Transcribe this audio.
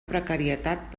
precarietat